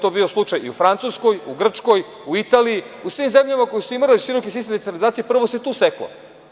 To je bio slučaj i u Francuskoj, u Grčkoj, u Italiji, u svim zemljama koje su imale širok sistem decentralizacije, prvo se tu seklo.